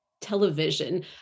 television